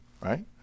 right